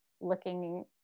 looking